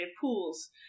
pools